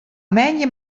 moandei